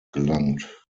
gelangt